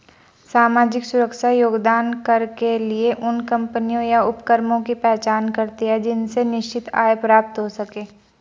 सामाजिक सुरक्षा योगदान कर के लिए उन कम्पनियों या उपक्रमों की पहचान करते हैं जिनसे निश्चित आय प्राप्त हो सके